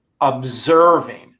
observing